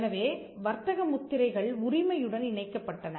எனவே வர்த்தக முத்திரைகள் உரிமையுடன் இணைக்கப்பட்டன